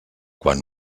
quan